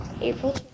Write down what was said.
April